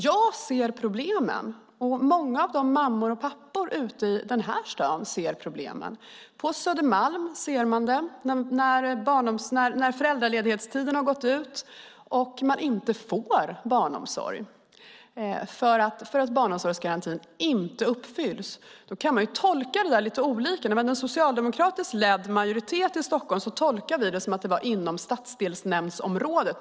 Jag ser problemen, och många av mammorna och papporna i denna stad ser problemen. På Södermalm ser man dem när föräldraledighetstiden har löpt ut och man inte får barnomsorg för att barnomsorgsgarantin inte uppfylls. Detta kan tolkas lite olika. När vi hade en socialdemokratisk majoritet i Stockholm tolkade vi det som att det var inom stadsdelsnämndsområdet.